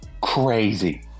Crazy